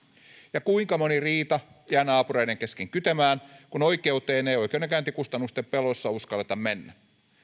ja kuinka moni riita jää naapureiden kesken kytemään kun oikeuteen ei oikeudenkäyntikustannusten pelossa uskalleta mennä